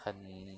很